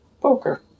Poker